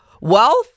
wealth